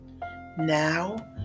Now